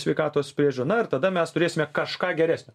sveikatos priežiūrą na ir tada mes turėsime kažką geresnio